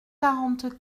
quarante